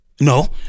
No